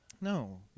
no